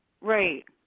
Right